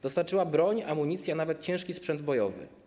Dostarczyła także broń, amunicję, a nawet ciężki sprzęt bojowy.